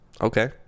Okay